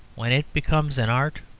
when it becomes an art,